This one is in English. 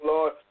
Lord